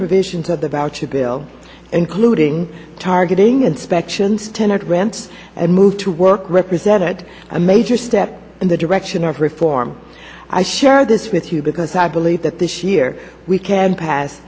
provisions of the voucher bill including targeting inspections tenet rants and moved to work represented a major step in the direction of reform i share this with you because i believe that this year we can pass